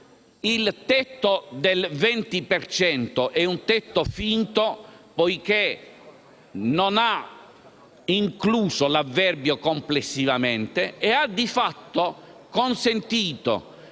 Il tetto del 20 per cento è un tetto finto, poiché non ha incluso l'avverbio "complessivamente" e ha, di fatto, consentito